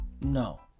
no